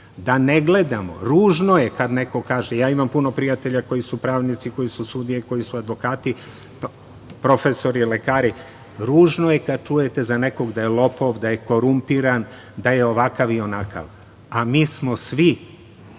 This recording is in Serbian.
ne gledamo, ružno je kada neko kaže, ja imam puno prijatelja koji su pravnici, koji su sudije, koji su advokati, profesori, lekari, ružno je kada čujete za nekog da je lopov, da je korumpiran, da je ovakav i onakav, a mi smo svi